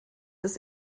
des